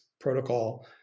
protocol